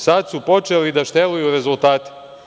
Sada su počeli da šteluju rezultate.